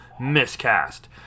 Miscast